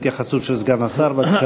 התייחסות של סגן השר, בבקשה.